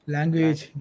Language